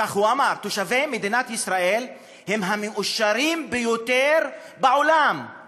כך הוא אמר: תושבי מדינת ישראל הם המאושרים ביותר בעולם,